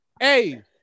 hey